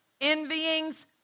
Envyings